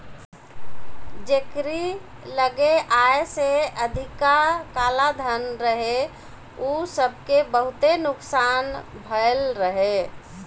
जेकरी लगे आय से अधिका कालाधन रहे उ सबके बहुते नुकसान भयल रहे